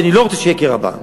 כי אני לא רוצה שיהיה קרע בעם.